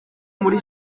muri